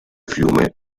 fiume